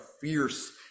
fierce